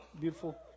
beautiful